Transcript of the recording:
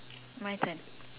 my turn